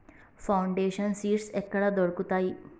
Foundation seeds ఎక్కడ దొరుకుతాయి?